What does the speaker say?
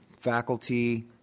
faculty